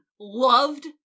loved